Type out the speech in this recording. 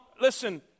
listen